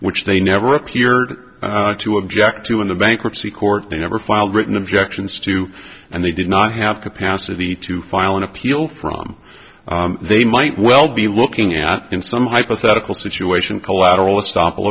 which they never appeared to object to in a bankruptcy court they never filed written objections to and they did not have capacity to file an appeal from they might well be looking at in some hypothetical situation collateral estop